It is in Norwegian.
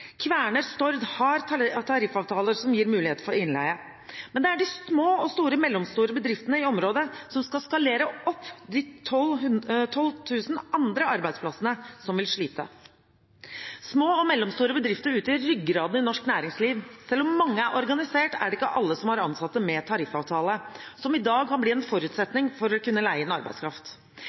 Kværner Stord har tariffavtaler som gir mulighet for innleie. Det er de små og mellomstore bedriftene i området som skal skalere opp de 12 000 andre arbeidsplassene, som vil slite. Små og mellomstore bedrifter utgjør ryggraden i norsk næringsliv. Selv om mange er organisert, er det ikke alle som har ansatte med tariffavtale – som i dag kan bli en forutsetning for å kunne leie inn arbeidskraft.